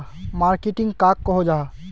Marketing कहाक को जाहा?